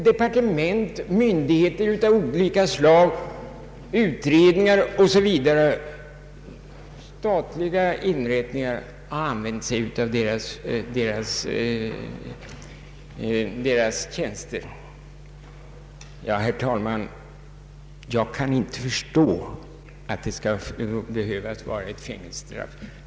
Departement, myndigheter av olika slag, statliga utredningar osv. har använt sig av deras tjänster. Herr talman! Jag kan inte förstå att det kan behövas fängelsestraff.